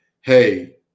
hey